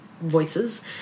voices